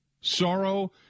sorrow